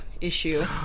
issue